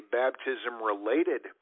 baptism-related